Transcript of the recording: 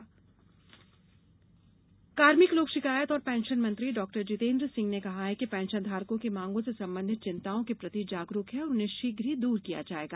pension धारक कार्मिक लोक शिकायत और पेंशन मंत्री डॉक्टर जितेन्द्र सिंह ने कहा है कि पेंशनधारकों की मांगों से संबंधित चिंताओं के प्रति जागरूक है और उन्हें शीघ्र ही दूर किया जाएगा